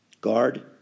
Guard